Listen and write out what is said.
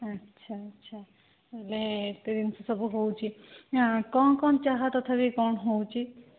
ଆଚ୍ଛା ଆଚ୍ଛା ହେଲେ ଏତେ ଜିନିଷ ସବୁ ହେଉଛି କ'ଣ କ'ଣ ଚାହା ତଥାପି କ'ଣ ହେଉଛି